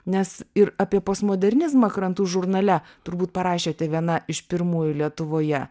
nes ir apie postmodernizmą krantų žurnale turbūt parašėte viena iš pirmųjų lietuvoje